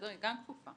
היא גם פתוחה.